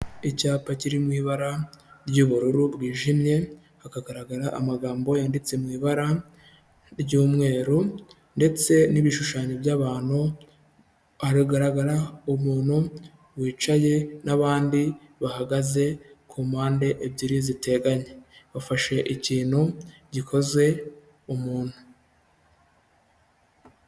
Icyapa kiri mu ibara ry'ubururu bwijimye, hakagaragara amagambo yanditse mu ibara ry'umweru ndetse n'ibishushanyo by'abantu, haragaragara umuntu wicaye n'abandi bahagaze ku mpande ebyiri ziteganye. Bafashe ikintu gikoze umuntu.